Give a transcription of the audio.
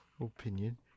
opinion